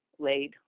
Laid